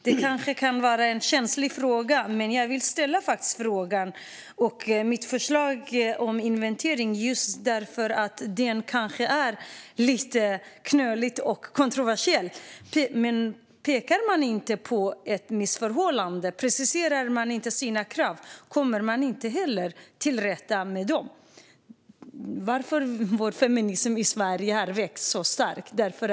Det kanske kan vara en känslig fråga. Men jag vill faktiskt ställa frågan och framföra mitt förslag om inventering, även om det kanske är lite knöligt och kontroversiellt. Men om man inte pekar på ett missförhållande och inte preciserar sina krav kommer man inte heller till rätta med detta. Varför har vår feminism i Sverige väckt så stor uppmärksamhet?